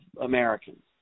Americans